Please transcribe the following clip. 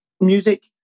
music